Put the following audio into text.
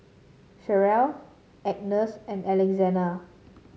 Cherrelle Agnes and Alexina